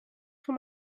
for